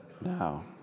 now